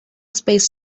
space